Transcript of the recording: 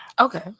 Okay